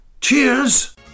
Cheers